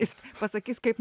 jis pasakys kaip